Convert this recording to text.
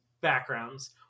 backgrounds